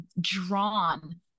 drawn